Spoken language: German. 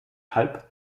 halb